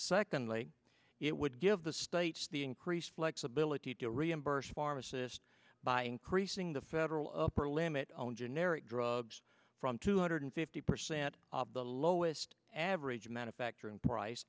secondly it would give the states the increased flexibility to reimburse pharmacists by increasing the federal upper limit on generic drugs from two hundred fifty percent the lowest average manufacturing price